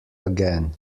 again